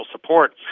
support